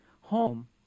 home